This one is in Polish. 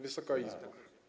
Wysoka Izbo!